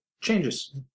changes